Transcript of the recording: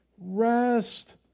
Rest